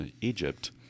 Egypt